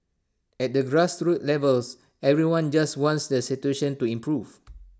at the grassroots levels everyone just wants the situation to improve